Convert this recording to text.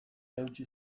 eutsi